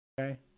Okay